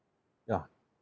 ya